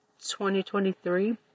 2023